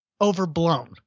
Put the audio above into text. overblown